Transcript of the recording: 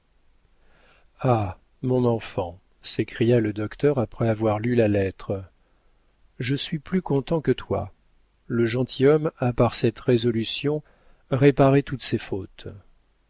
ah mon enfant s'écria le docteur après avoir lu la lettre je suis plus content que toi le gentilhomme a par cette résolution réparé toutes ses fautes